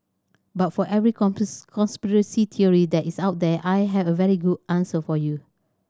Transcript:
but for every conspiracy that is out there I have a very good answer for you